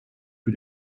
für